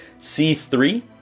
C3